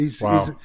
Wow